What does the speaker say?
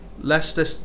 Leicester